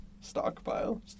stockpile